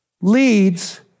leads